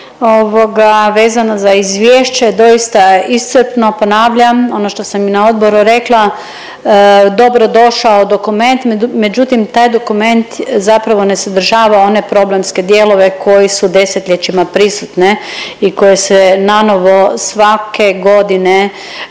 svega vezano za izvješće, doista je iscrpno ponavljam ono što sam i na odboru rekla, dobrodošao dokument, međutim taj dokument zapravo ne sadržava one problemske dijelove koji su desetljećima prisutne i koje se nanovo svake godine